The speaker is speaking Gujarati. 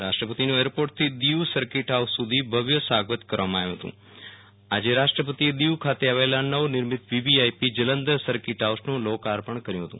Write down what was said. રાષ્ટ્રપતિનું એરપોર્ટથી દીવ સર્કીટ હાઉસ સુધી ભવ્ય સ્વાગત કરવામાં આવ્યુ હતું આજે રાષ્ટ્રપતિએ દીવ ખાતે આવેલા નવ નિર્મિત વિવિઆઈપી જલંધર સર્કીટ હાઉસનું લોકાર્પણ કર્યુ હતું